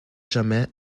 jamais